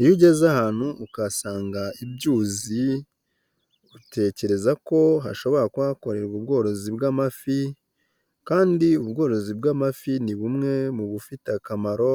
iyo ugeze ahantu ukahasanga ibyuzi utekereza ko hashobora kuba hakorerwa ubworozi bw'amafi kandi ubworozi bw'amafi ni bumwe mu bufite akamaro